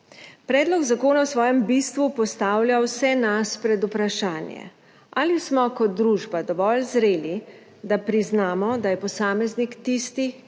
Predlog zakona v svojem bistvu postavlja vse nas pred vprašanje, ali smo kot družba dovolj zreli, da priznamo, da je posameznik tisti,